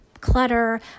clutter